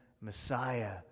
Messiah